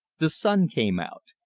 the sun came out.